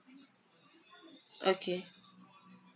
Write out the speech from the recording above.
okay